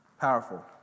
Powerful